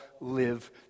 live